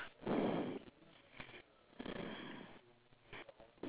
no